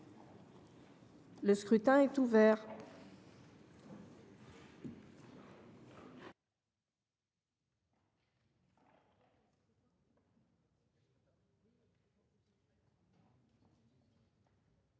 Le scrutin est ouvert.